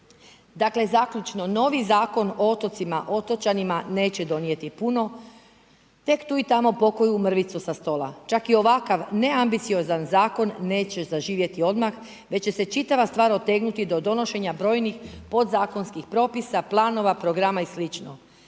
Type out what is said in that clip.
Dakle, zaključno, novi Zakon o otocima, otočanima neće donijeti puno, tek tu i tamo pokoju mrvicu sa stola, čak i ovakav neambiciozan zakon neće zaživjeti odmah već će se čitava stvar otegnuti do donošenja brojnih podzakonskih propisa, planova, programa i sl.